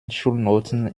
schulnoten